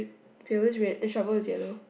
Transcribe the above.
pale is red the shovel is yellow